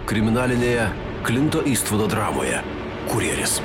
kriminalinėje klinto istvudo dramoje kurjeris